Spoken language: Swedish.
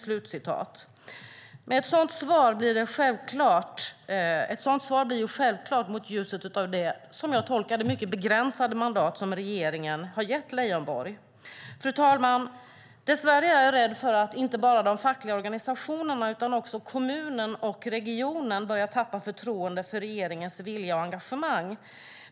Mot ljuset av det, som jag tolkar det, mycket begränsade mandat som regeringen har gett Leijonborg blir ett sådant svar självklart. Fru talman! Dess värre är jag rädd för att inte bara de fackliga organisationerna utan också kommunen och regionen börjar tappa förtroendet för regeringens vilja och engagemang.